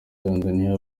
tanzaniya